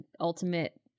ultimate